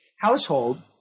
household